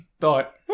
thought